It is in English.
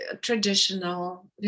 traditional